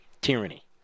tyranny